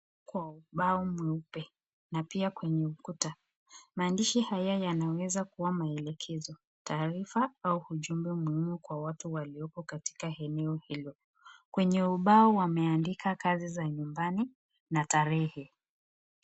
Kwa ubao mweupe, na pia kwenye ukuta, maandishi haya yanaweza kuwa maelekezo, taarifa au ujumbe ambao umewekwa ka ajili ya watu wa eneo hilo, kwenye ubao wameandika kazi za nyumbani, na tarehe.